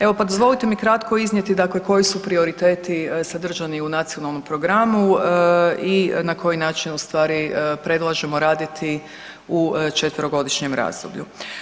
Evo pa dozvolite mi kratko iznijeti koji su prioriteti sadržani u nacionalnom programu i na koji način ustvari predlažemo raditi u četverogodišnjem razdoblju.